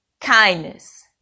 Kindness